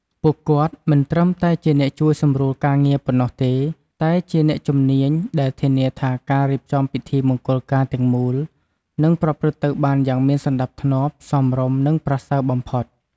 ពួកគាត់មិនត្រឹមតែជាអ្នកជួយសម្រួលការងារប៉ុណ្ណោះទេ តែជាអ្នកជំនាញដែលធានាថាការរៀបចំពិធីមង្គលការទាំងមូលនឹងប្រព្រឹត្តទៅបានយ៉ាងមានសណ្តាប់ធ្នាប់ សមរម្យ និងប្រសើរបំផុត។